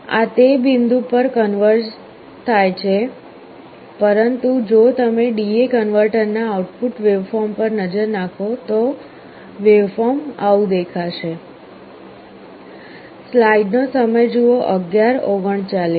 આ તે બિંદુ પર કન્વર્ઝ થાય છે પરંતુ જો તમે DA કન્વર્ટરના આઉટપુટ વેવફોર્મ પર નજર નાખો તો વેવફોર્મ આવું દેખાશે